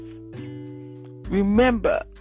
remember